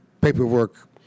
paperwork